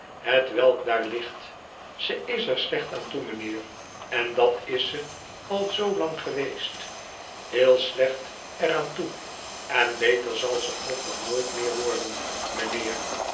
hetwelk daar ligt ze is er slecht aan toe mijnheer en dat is ze al zoolang geweest heel slecht er aan toe en beter zal ze ook wel nooit meer worden mijnheer